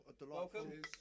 Welcome